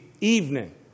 evening